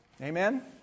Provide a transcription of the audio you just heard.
Amen